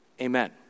Amen